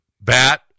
bat